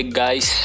guys